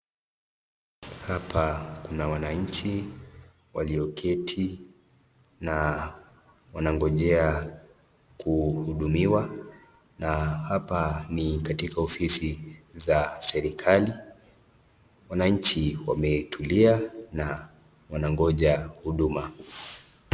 Hapa Kuna wananchi walio keti na wanangojea kuhudumiwa na hapa ni katika ofisi za serikali, wananchi wametulia na wanangoja huduma.